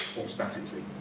automatically.